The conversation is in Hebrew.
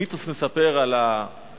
המיתוס מספר על האסקימואים,